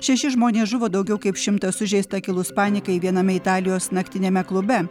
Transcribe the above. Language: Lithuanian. šeši žmonės žuvo daugiau kaip šimtas sužeista kilus panikai viename italijos naktiniame klube